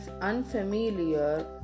unfamiliar